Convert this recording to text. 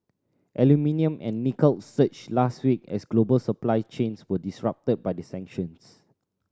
aluminium and nickel surged last week as global supply chains were disrupted by the sanctions